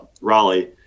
Raleigh